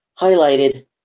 highlighted